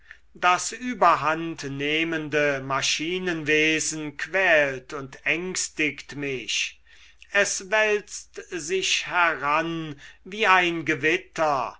das überhandnehmende maschinenwesen quält und ängstigt mich es wälzt sich heran wie ein gewitter